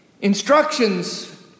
Instructions